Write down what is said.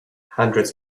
hundreds